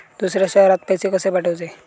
दुसऱ्या शहरात पैसे कसे पाठवूचे?